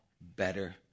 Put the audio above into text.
better